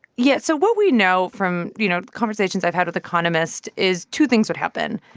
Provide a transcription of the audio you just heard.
yeah. so what we know from, you know, conversations i've had with economists is two things would happen.